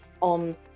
on